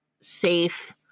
safe